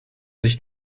ich